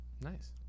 Nice